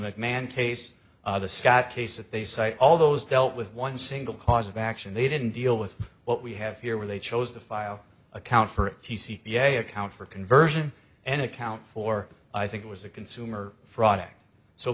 mcmahon case the scott case that they cite all those dealt with one single cause of action they didn't deal with what we have here where they chose to file a count for a account for conversion and account for i think it was a consumer fraud act so